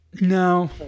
No